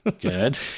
Good